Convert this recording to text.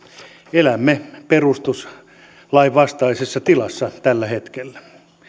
elämme perustuslain vastaisessa tilassa tällä hetkellä